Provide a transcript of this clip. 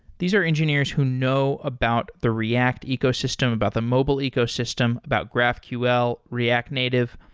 these are engineers who know about the react ecosystem, about the mobile ecosystem, about graphql, react native.